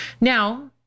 Now